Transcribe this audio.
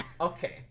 Okay